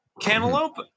Cantaloupe